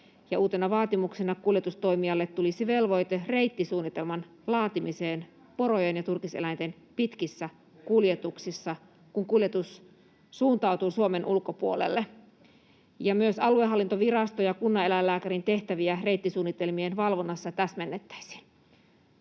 Uutena vaatimuksena kuljetustoimijalle tulisi velvoite reittisuunnitelman laatimiseen porojen ja turkiseläinten pitkissä kuljetuksissa, kun kuljetus suuntautuu Suomen ulkopuolelle. Myös aluehallintoviraston ja kunnaneläinlääkärin tehtäviä reittisuunnitelmien valvonnassa täsmennettäisiin.